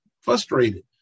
frustrated